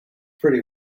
pretty